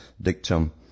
dictum